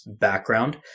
background